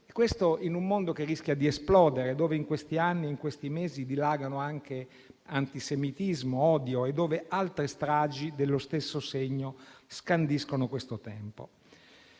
Questo in un mondo che rischia di esplodere, dove in questi anni, in questi mesi dilagano anche antisemitismo, odio e dove altre stragi dello stesso segno scandiscono questo tempo.